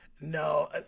No